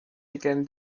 began